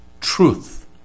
truth